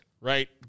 right